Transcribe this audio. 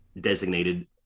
designated